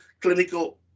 clinical